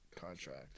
contract